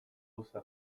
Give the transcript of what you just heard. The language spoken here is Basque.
gauza